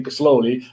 slowly